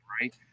right